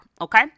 okay